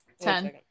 Ten